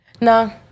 no